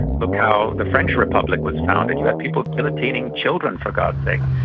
look how the french republic was founded, you had people guillotining children, for god's sake!